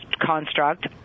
construct